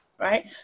right